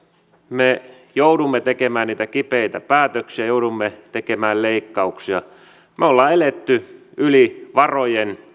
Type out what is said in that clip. me joudumme tekemään niitä kipeitä päätöksiä joudumme tekemään leikkauksia me olemme eläneet yli varojen